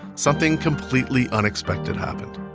something completely unexpected happened.